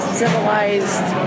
civilized